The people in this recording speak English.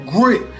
grit